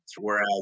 Whereas